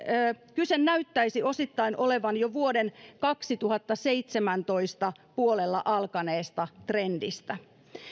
kyse näyttäisi osittain olevan jo vuoden kaksituhattaseitsemäntoista puolella alkaneesta trendistä